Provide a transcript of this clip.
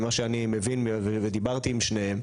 אני דיברתי עם שניהם.